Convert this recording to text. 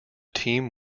team